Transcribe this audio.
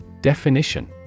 Definition